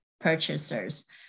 purchasers